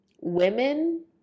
women